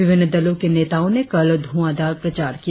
विभिन्न दलों के नेताओं ने कल धुआधार प्रचार किया